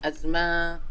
אז מה כן?